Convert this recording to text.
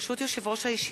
ברשות יושב-ראש הישיבה,